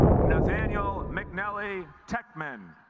nathaniel mcnelly tech men